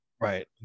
right